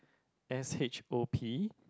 S_H_O_P